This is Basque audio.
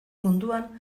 munduan